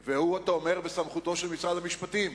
והוא, אתה אומר, בסמכותו של משרד המשפטים.